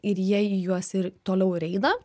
ir jie į juos ir toliau ir eina